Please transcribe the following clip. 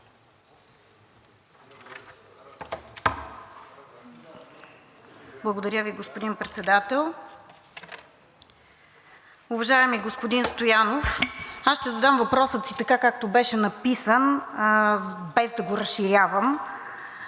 Благодаря Ви, господин Председател. Уважаеми господин Стоянов, аз ще задам въпроса си така, както беше написан, без да го разширявам,